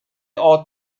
are